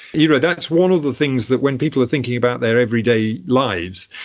you know that's one of the things that when people are thinking about their everyday lives,